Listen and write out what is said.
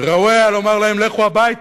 וראוי היה לומר להם: לכו הביתה.